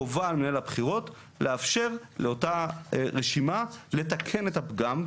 חובה על מנהל הבחירות לאפשר לאותה רשימה לתקן את הפגם,